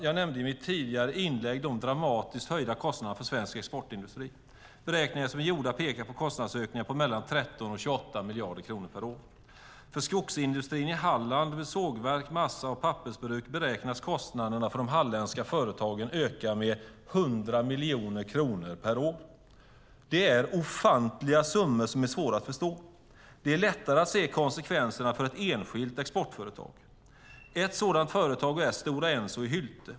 Jag nämnde i mitt tidigare inlägg de dramatiskt höjda kostnaderna för svensk exportindustri. Beräkningar som är gjorda pekar på kostnadsökningar på mellan 13 och 28 miljarder kronor per år. För de halländska företagen med sågverk och massa och pappersbruk beräknas kostnaderna öka med 100 miljoner kronor per år. Det är ofantliga summor som är svåra att förstå. Det är lättare att se konsekvenserna för ett enskilt exportföretag. Ett sådant företag är Stora Enso i Hylte.